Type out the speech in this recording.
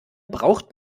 braucht